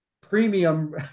premium